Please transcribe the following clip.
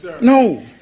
No